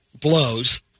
blows